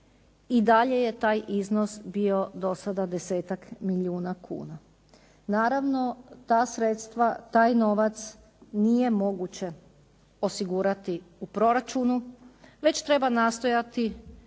i dalje je taj iznos bio do sada desetak milijuna kuna. Naravno, ta sredstva, taj novac nije moguće osigurati u proračunu već treba nastojati